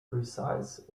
resides